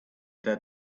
that